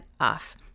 off